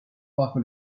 bajo